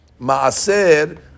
maaser